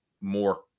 more